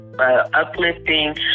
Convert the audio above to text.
Uplifting